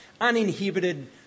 Uninhibited